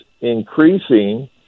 increasing